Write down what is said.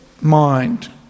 mind